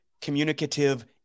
communicative